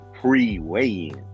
pre-weigh-in